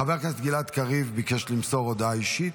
חבר הכנסת גלעד קריב ביקש למסור הודעה אישית.